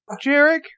Jarek